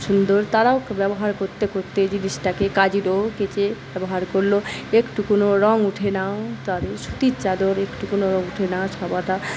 সুন্দর তারাও ব্যবহার করতে করতে জিনিসটাকে কাচল কেচে ব্যবহার করল একটু কোনও রঙ ওঠে না সুতির চাদর একটু কোনও রঙ ওঠে না ছাপাটা